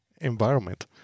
environment